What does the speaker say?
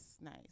nice